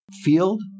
field